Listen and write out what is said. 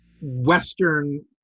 Western